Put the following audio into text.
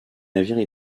navires